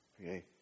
Okay